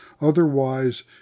Otherwise